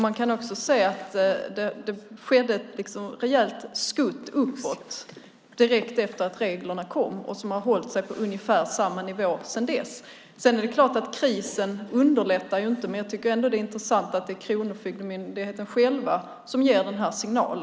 Man kan också se att det skedde ett rejält skutt uppåt direkt efter att reglerna infördes och att antalet utmätningar har hållit sig på ungefär samma nivå sedan dess. Sedan är det klart att krisen inte underlättar. Men jag tycker ändå att det är intressant att det är Kronofogdemyndigheten själv som ger denna signal.